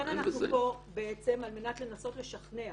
לכן אנחנו פה כדי לנסות לשכנע